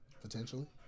Potentially